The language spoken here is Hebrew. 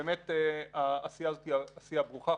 באמת העשייה הזו היא עשייה ברוכה,